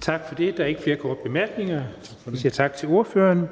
tak for det. Der er ikke flere korte bemærkninger. Vi siger tak til ordføreren,